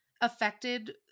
affected